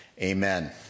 amen